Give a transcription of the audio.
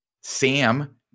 Sam